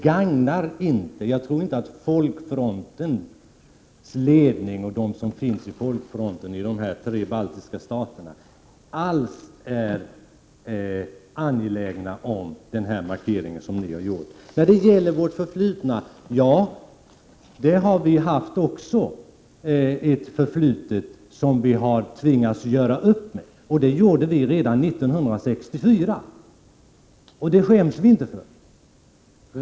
Jag tror inte att folkfrontens ledning och de som ingår i folkfronten i de tre baltiska staterna är angelägna om den markering som ni har gjort. Även vi har naturligtvis haft ett förflutet som vi har tvingats göra upp med. Det gjorde vi redan 1964, och det skäms vi inte för.